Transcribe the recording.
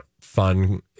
fun